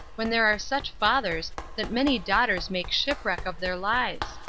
when there are such fathers that many daughters make shipwreck of their lives?